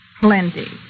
Plenty